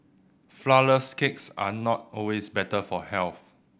flourless cakes are not always better for health